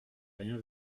rien